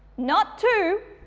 not two,